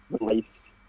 release